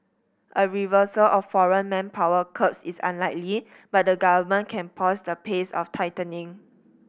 a reversal of foreign manpower curbs is unlikely but the government can pause the pace of tightening